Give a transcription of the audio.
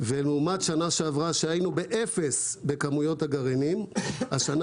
ולעומת שנה שעברה שהיינו באפס בכמויות הגרעינים השנה